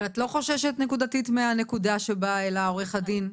אבל את לא חוששת נקודתית מהנקודה שהעלה עורך הדין?